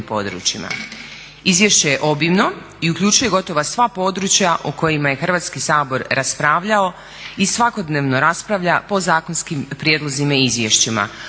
Izvješće je obimno i uključuje gotovo sva područja o kojima je Hrvatski sabor raspravljao i svakodnevno raspravlja po zakonskim prijedlozima i izvješćima,